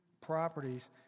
properties